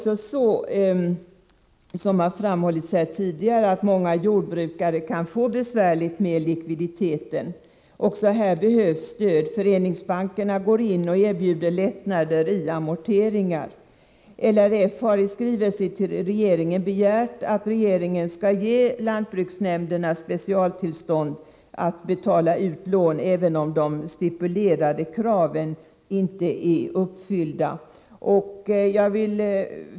Som framhållits tidigare kan många jordbrukare få det besvärligt med likviditeten. Även här behövs stöd. Föreningsbankerna går in och erbjuder lättnader när det gäller amorteringar, och LRF har i skrivelse till regeringen begärt att regeringen skall ge lantbruksnämnderna specialtillstånd att betala ut lån, även om de stipulerade kraven inte är uppfyllda.